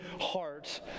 heart